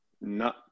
No